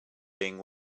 being